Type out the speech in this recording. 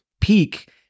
peak